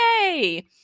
yay